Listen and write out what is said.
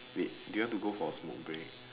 wait do you want to go for a smoke break